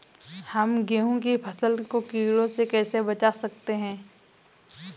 हम गेहूँ की फसल को कीड़ों से कैसे बचा सकते हैं?